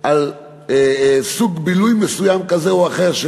על סוג בילוי מסוים כזה או אחר,